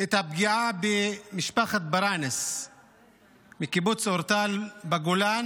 את הפגיעה במשפחת ברנס מקיבוץ אורטל בגולן,